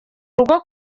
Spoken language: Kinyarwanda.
rugo